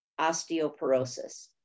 osteoporosis